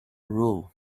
rule